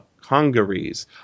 congeries